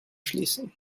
schließen